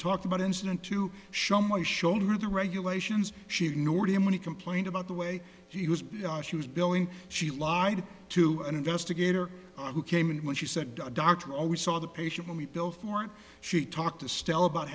talked about incident to show my shoulder the regulations she ignored him when he complained about the way he was she was billing she lied to an investigator who came in when she said dr always saw the patient only bill for and she talked to stella about